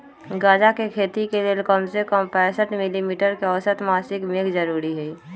गजा के खेती के लेल कम से कम पैंसठ मिली मीटर के औसत मासिक मेघ जरूरी हई